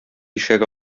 ишәк